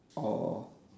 oh